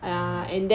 mm